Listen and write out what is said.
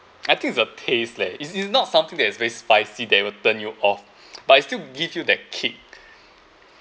I think it's a paste leh it's it's not something that is very spicy that will turn you off but it still give you that kick